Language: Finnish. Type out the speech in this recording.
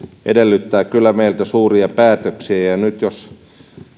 edellyttää kyllä meiltä suuria päätöksiä nyt jos